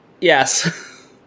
Yes